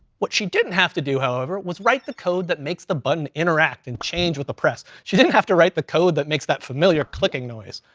what she didn't have to do however, was write the code that makes the button interact, and change with the press. she didn't have to write the code that makes that familiar clicking noise.